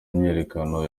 imyiyerekano